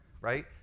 right